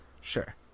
Sure